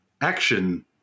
action